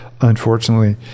unfortunately